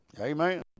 Amen